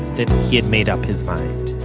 that he had made up his mind.